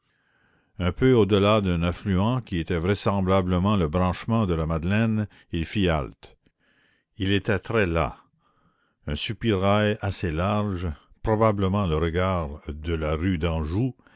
un peu au-delà d'un affluent qui était vraisemblablement le branchement de la madeleine il fit halte il était très las un soupirail assez large probablement le regard de la rue d'anjou